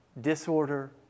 disorder